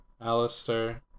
Alistair